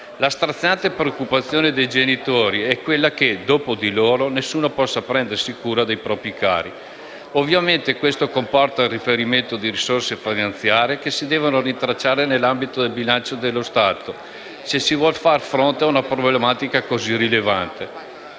La straziante preoccupazione dei genitori è quella che, dopo di loro, nessuno possa prendersi cura dei propri cari. Ovviamente, questo comporta il reperimento di risorse finanziare, che si devono rintracciare nell'ambito del bilancio dello Stato, se si vuole fare fronte a una problematica così rilevante.